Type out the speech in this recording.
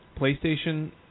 PlayStation